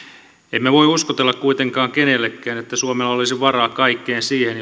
emme voi uskotella kuitenkaan kenellekään että suomella olisi varaa kaikkeen siihen